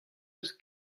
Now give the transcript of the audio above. eus